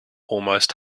almost